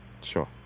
sure